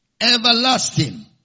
everlasting